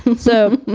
so,